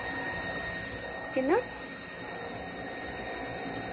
किन्ना